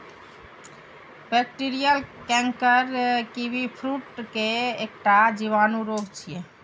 bacterial canker kiwifruit के एकटा जीवाणु रोग छियै